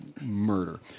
murder